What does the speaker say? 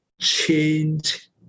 change